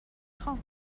خوام